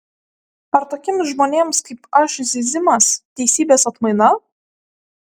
ar tokiems žmonėms kaip aš zyzimas teisybės atmaina